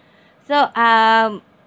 so um